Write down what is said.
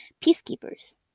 peacekeepers